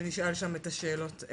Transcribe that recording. ונשאל שם את השאלות.